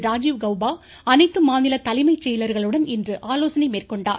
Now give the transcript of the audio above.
ராஜீவ் கவ்பா அனைத்து மாநில தலைமை செயலர்களுடன் இன்று ஆலோசனை மேற்கொண்டார்